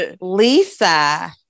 Lisa